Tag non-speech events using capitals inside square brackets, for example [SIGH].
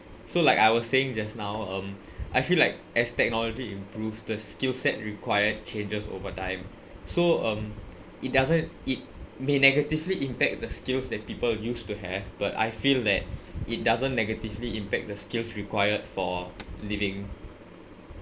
so like I was saying just now um I feel like as technology improves the skill set required changes over time so um it doesn't it may negatively impact the skills that people used to have but I feel that [BREATH] it doesn't negatively impact the skills required for [NOISE] living